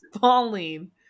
falling